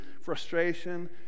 frustration